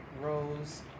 Rose